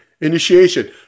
initiation